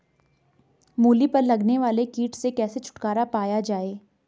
मूली पर लगने वाले कीट से कैसे छुटकारा पाया जाये?